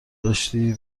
داشتی